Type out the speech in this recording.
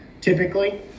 typically